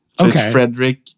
Okay